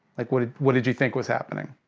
like, what did what did you think was happening?